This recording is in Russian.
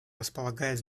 располагает